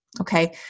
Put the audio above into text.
Okay